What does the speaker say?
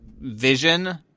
vision